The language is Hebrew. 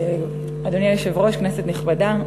אדוני היושב-ראש, כנסת נכבדה,